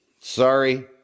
Sorry